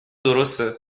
درسته